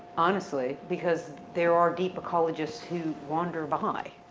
honestly. because there are deep ecologists who wander by.